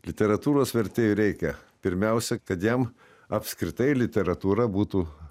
literatūros vertėjui reikia pirmiausia kad jam apskritai literatūra būtų